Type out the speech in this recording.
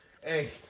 Hey